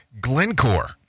Glencore